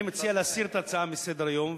אני מציע להסיר את ההצעה מסדר-היום,